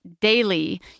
daily